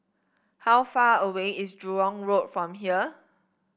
how far away is Jurong Road from here